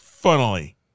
Funnily